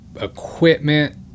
equipment